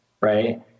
right